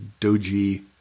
Doji